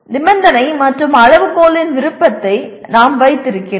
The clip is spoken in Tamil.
நிபந்தனை மற்றும் அளவுகோலின் விருப்பத்தை நாங்கள் வைத்திருக்கிறோம்